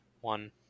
one